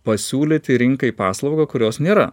pasiūlyti rinkai paslaugą kurios nėra